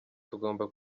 tugomba